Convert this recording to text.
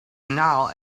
now